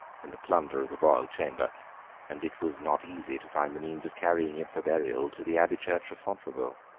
in the plunder of the royal chamber and it was not easy to find the means of carrying it for burial to the abbey church of fontevraud.